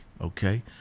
okay